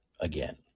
again